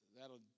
That'll